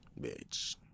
bitch